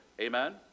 Amen